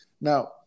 Now